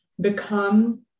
become